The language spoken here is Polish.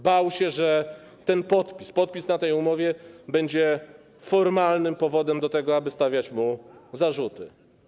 Bał się, że ten podpis, podpis na tej umowie będzie formalnym powodem do tego, aby stawiać mu zarzuty.